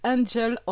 Angel